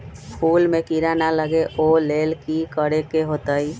फूल में किरा ना लगे ओ लेल कि करे के होतई?